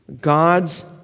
God's